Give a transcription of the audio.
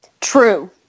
True